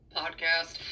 podcast